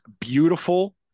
beautiful